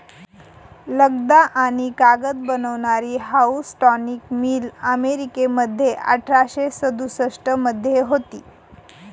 लगदा आणि कागद बनवणारी हाऊसटॉनिक मिल अमेरिकेमध्ये अठराशे सदुसष्ट मध्ये होती